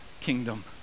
kingdom